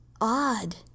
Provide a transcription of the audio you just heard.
odd